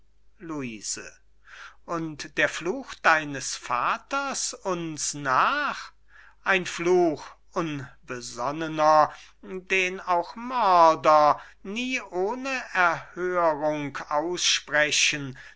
luise und der fluch deines vaters uns nach ein fluch unbesonnener den auch mörder nie ohne erhörung aussprechen